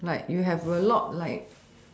like you have a lot like